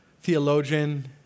theologian